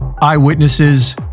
eyewitnesses